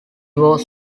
was